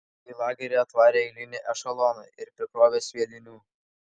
į lagerį atvarė eilinį ešeloną ir prikrovė sviedinių